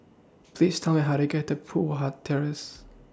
Please Tell Me How to get to Poh Huat Terrace